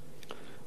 הדבר השני,